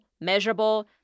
measurable